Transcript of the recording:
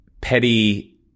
petty